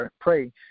pray